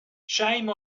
shame